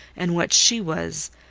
and what she was,